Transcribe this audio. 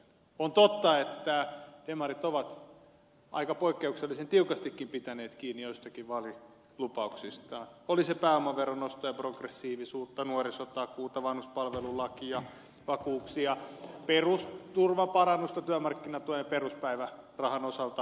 on totta että demarit ovat aika poikkeuksellisen tiukastikin pitäneet kiinni joistakin vaalilupauksistaan oli se pääomaveron nostoa ja progressiivisuutta nuorisotakuuta vanhuspalvelulakia vakuuksia perusturvan parannusta työmarkkinatuen ja peruspäivärahan osalta kyllä